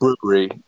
brewery